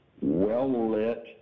well-lit